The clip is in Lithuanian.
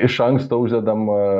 iš anksto uždedam